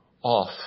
Off